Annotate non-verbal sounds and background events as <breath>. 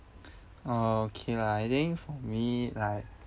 <breath> okay lah I think for me like